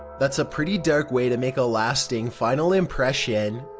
that's a pretty dark way to make a lasting final impression.